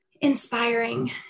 inspiring